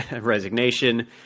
resignation